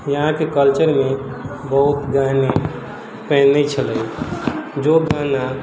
यहाँके कल्चरमे बहुत गहना पहिनै छलै जो गहना